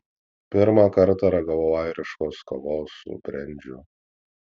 pirmą kartą ragavau airiškos kavos su brendžiu